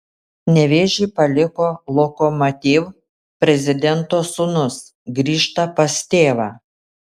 nevėžį paliko lokomotiv prezidento sūnus grįžta pas tėvą